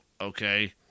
okay